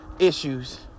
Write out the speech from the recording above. issues